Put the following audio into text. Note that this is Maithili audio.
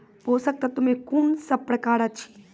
पोसक तत्व मे कून सब प्रकार अछि?